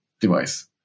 device